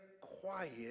quiet